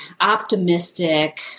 optimistic